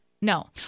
No